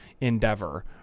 endeavor